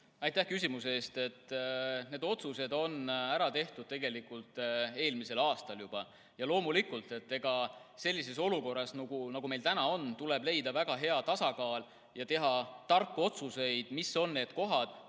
Aitäh küsimuse eest! Need otsused tehti ära tegelikult juba eelmisel aastal. Loomulikult, sellises olukorras, nagu meil täna on, tuleb leida väga hea tasakaal ja teha tarku otsuseid, mis on need kohad,